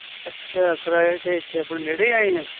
ਅੱਛਾ ਕਰਾਏ 'ਤੇ ਇੱਥੇ ਆਪਣਾ ਨੇੜੇ ਆਏ ਆ